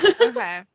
okay